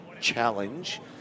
challenge